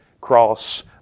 cross